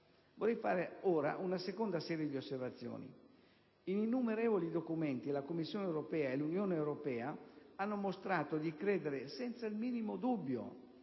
Vorrei fare ora una seconda serie di osservazioni. In innumerevoli documenti, la Commissione europea e l'Unione europea hanno mostrato di credere senza il minimo dubbio